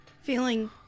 feeling